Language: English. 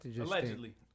Allegedly